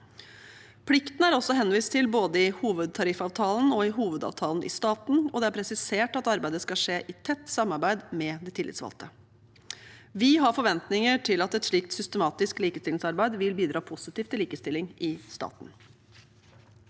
Plikten er også henvist til både i hovedtariffavtalen og i hovedavtalen i staten, og det er presisert at arbeidet skal skje i tett samarbeid med de tillitsvalgte. Vi har forventninger til at et slikt systematisk likestillingsarbeid vil bidra positivt til likestilling i staten.